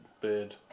beard